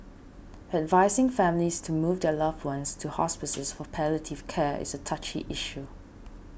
advising families to move their loved ones to hospices for palliative care is a touchy issue